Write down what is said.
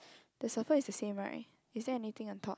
the sofa is the same right is there anything on top